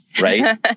Right